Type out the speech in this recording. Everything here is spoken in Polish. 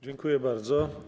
Dziękuję bardzo.